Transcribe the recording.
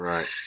Right